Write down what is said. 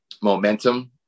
momentum